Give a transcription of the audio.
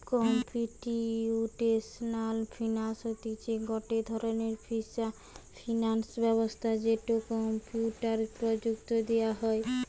computational finance হতিছে গটে ধরণের ফিনান্স ব্যবস্থা যেটো কম্পিউটার প্রযুক্তি দিয়া হই